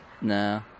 Nah